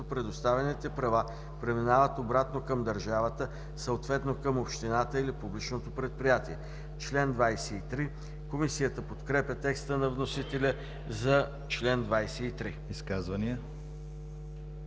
предоставените права преминават обратно към държавата, съответно към общината или публичното предприятие.“ Комисията подкрепя текста на вносителя за чл. 23. ПРЕДСЕДАТЕЛ